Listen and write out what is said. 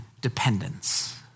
dependence